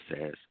says